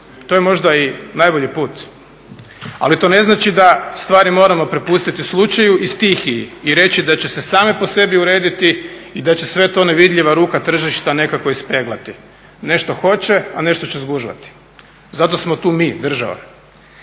To je možda i najbolji put. Ali to ne znači da stvari moramo prepustiti slučaju i stihiji i reći da će se same po sebi urediti i da će sve to nevidljiva ruka tržišta nekako ispeglati. Nešto hoće, a nešto će zgužvati. Zato smo tu mi, država.